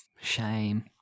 Shame